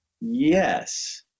Yes